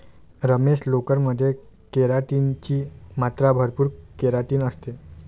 रमेश, लोकर मध्ये केराटिन ची मात्रा भरपूर केराटिन असते